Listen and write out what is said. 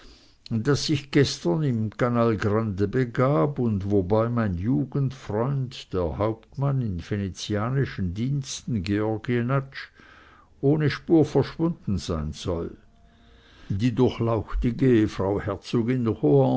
das sich gestern im canal grande begab und wobei mein jugendfreund der hauptmann in venezianischen diensten georg jenatsch ohne spur verschwunden sein soll die durchlauchtige frau herzogin